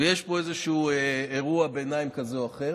ויש פה איזשהו אירוע ביניים כזה או אחר.